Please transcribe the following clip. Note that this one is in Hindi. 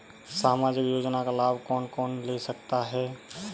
सामाजिक योजना का लाभ कौन कौन ले सकता है?